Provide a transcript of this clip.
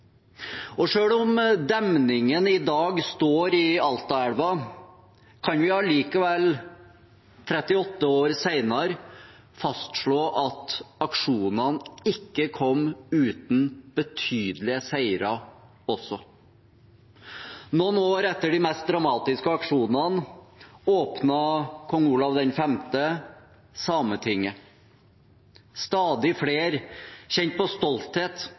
om demningen i dag står i Altaelva, kan vi likevel 38 år senere fastslå at aksjonene ikke kom uten betydelige seire også. Noen år etter de mest dramatiske aksjonene åpnet kong Olav V Sametinget. Stadig flere kjente på stolthet,